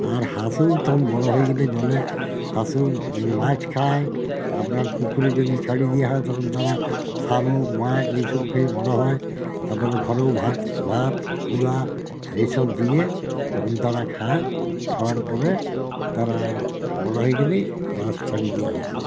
আর হাঁসও তখন বড়ো হয়ে গেলে জলে হাঁসও মাছ খায় আপনার পুকুরে যদি ছাড়ি দিয়া হয় তখন তারা শামুক মাছ এই সব খেয়ে বড়ো হয় তারপরে ঘরেও ভাত ভাত কুড়া এই সব দিয়ে তখন তারা খায় খাওয়ার পরে তারা বড়ো হয়ে গেলেই মাছ ছাড়ি দেওয়া হয় তাদের